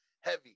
heavy